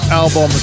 album